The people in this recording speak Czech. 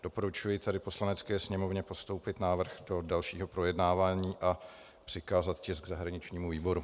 Doporučuji tedy Poslanecké sněmovně postoupit návrh do dalšího projednávání a přikázat tisk zahraničnímu výboru.